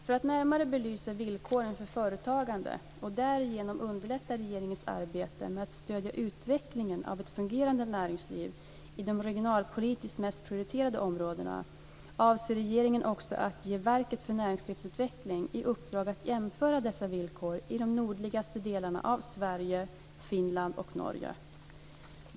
För att närmare belysa villkoren för företagande, och därigenom underlätta regeringens arbete med att stödja utvecklingen av ett fungerande näringsliv i de regionalpolitiskt mest prioriterade områdena, avser regeringen också att ge Verket för näringslivsutveckling i uppdrag att jämföra dessa villkor i de nordliga delarna av Sverige, Finland och Norge.